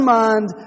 mind